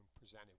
presented